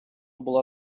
була